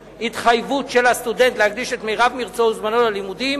התחייבות של הסטודנט להקדיש את מירב מרצו וזמנו ללימודים